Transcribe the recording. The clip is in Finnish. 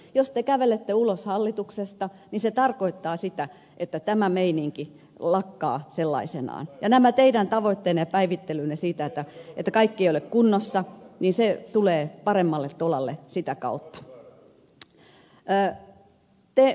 jos te kävelette ulos hallituksesta se tarkoittaa sitä että tämä meininki lakkaa sellaisenaan ja nämä teidän tavoitteenne ja päivittelynne siitä että kaikki ei ole kunnossa tulevat paremmalle tolalle sitä kautta